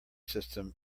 system